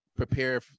prepare